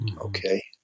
Okay